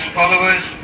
followers